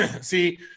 see